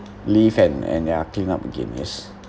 leave and and ya clean up again yes